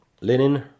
linen